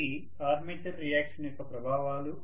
ఇవి armature reaction యొక్క ప్రభావాలు